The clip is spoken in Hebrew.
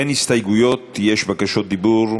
אין הסתייגויות, יש בקשות דיבור.